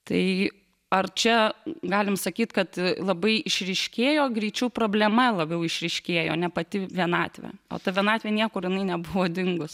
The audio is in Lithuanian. tai ar čia galim sakyt kad labai išryškėjo greičiau problema labiau išryškėjo ne pati vienatvė o ta vienatvė niekur jinai nebuvo dingus